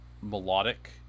melodic